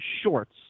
shorts